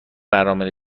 برنامه